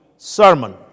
Sermon